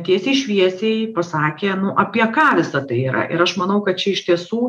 tiesiai šviesiai pasakė nu apie ką visa tai yra ir aš manau kad čia iš tiesų